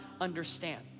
understand